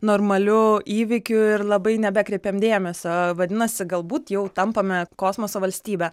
normaliu įvykiu ir labai nebekreipiam dėmesio vadinasi galbūt jau tampame kosmoso valstybe